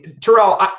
Terrell